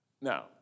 Now